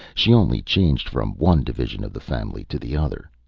she only changed from one division of the family to the other.